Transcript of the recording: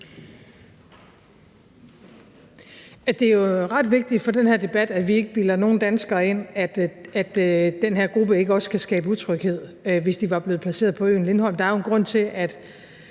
Det er jo ret vigtigt for den her debat, at vi ikke bilder nogen danskere ind, at den her gruppe ikke også kan skabe utryghed, hvis de var blevet placeret på øen Lindholm. Der er jo en grund til, at